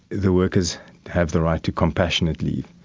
the workers have the right to compassionate leave.